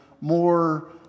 more